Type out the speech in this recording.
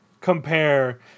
compare